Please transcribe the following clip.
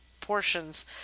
portions